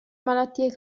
malattie